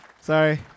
Sorry